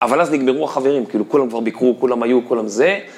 אבל אז נגמרו החברים, כאילו, כולם כבר ביקרו, כולם היו, כולם זה.